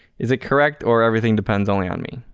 is it correct or everything depends only on me?